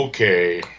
Okay